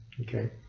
okay